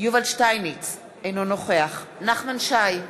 יובל שטייניץ, אינו נוכח נחמן שי,